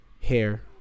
hair